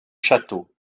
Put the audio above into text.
château